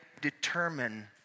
determine